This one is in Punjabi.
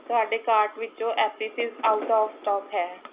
ਤੁਹਾਡੇ ਕਾਰਟ ਵਿੱਚੋਂ Appy Fizz out of stock ਹੈ